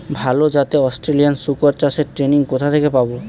ভালো জাতে অস্ট্রেলিয়ান শুকর চাষের ট্রেনিং কোথা থেকে পাব?